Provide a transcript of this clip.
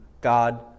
God